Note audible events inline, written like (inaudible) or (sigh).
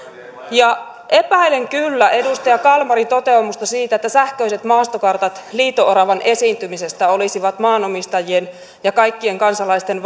epäilen kyllä edustaja kalmarin toteamusta siitä että sähköiset maastokartat liito oravan esiintymisestä olisivat maanomistajien ja kaikkien kansalaisten (unintelligible)